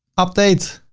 update.